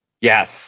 Yes